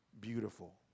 beautiful